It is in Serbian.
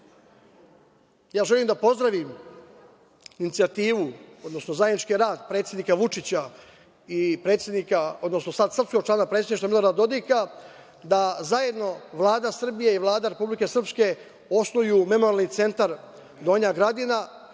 ja želim da pozdravim inicijativu, odnosno zajednički rad predsednika Vučića i predsednika, odnosno sad srpskog člana predsedništva Milorada Dodika, da zajedno Vlada Srbije i Vlada Republike Srpske osnuju Memorijalni centar „Donja Gradina“,